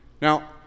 Now